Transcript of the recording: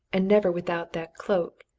and never without that cloak,